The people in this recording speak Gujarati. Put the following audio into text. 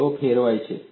તેઓ ફેરવાય છે